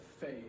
faith